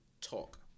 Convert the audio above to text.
talk